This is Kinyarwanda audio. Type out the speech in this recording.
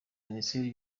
minisiteri